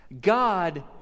God